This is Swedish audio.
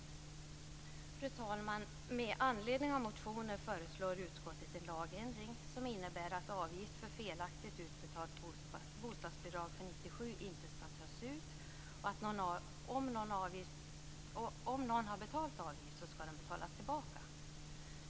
Fru talman! Med anledning av yrkanden i väckta motioner föreslår utskottet en lagändring som innebär att avgift för felaktigt utbetalt bostadsbidrag för år 1997 inte skall tas ut, och om någon har betalat en avgift skall den betalas tillbaka.